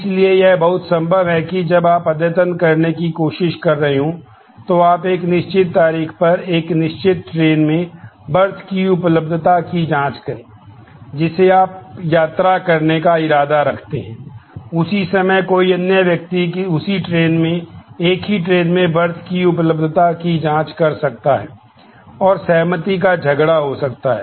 इसलिए यह बहुत संभव है कि जब आप अद्यतन करने की कोशिश कर रहे हों तो आप एक निश्चित तारीख पर एक निश्चित ट्रेन में बर्थ उपलब्ध है